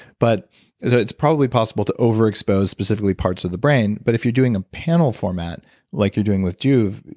but so it's probably possible to over expose specifically parts of the brain but if you're doing a panel format like you're doing with joovv,